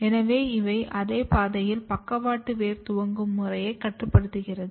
எனவே இவை அதே பாதையில் பக்கவாட்டு வேர் துவங்கும் முறையை கட்டுப்படுத்துகிறது